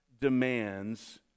demands